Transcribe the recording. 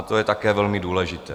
To je také velmi důležité.